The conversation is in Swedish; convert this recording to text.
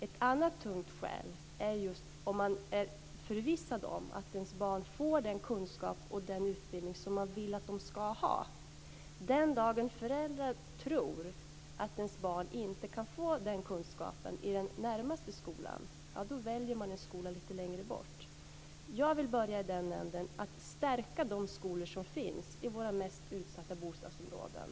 Ett annat tungt skäl är om ifall man är förvissad om att ens barn får den kunskap och den utbildning som man vill att de ska ha. Den dag föräldrar tror att deras barn inte kan få den kunskapen i den närmaste skolan väljer man en skola lite längre bort. Jag vill börja i den änden att stärka de skolor som finns i våra mest utsatta bostadsområden.